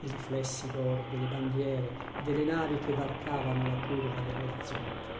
i riflessi d'oro delle bandiere e delle navi che varcavano la curva dell'orizzonte